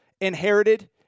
inherited